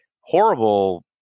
horrible